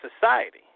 society